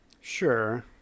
Sure